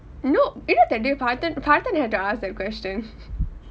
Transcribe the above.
no you know that day parthen parthen had to ask that question